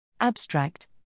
Abstract